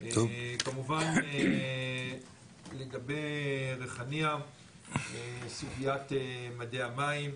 כמובן, לגבי ריחאניה, סוגיית מדי מים.